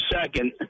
second